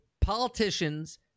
politicians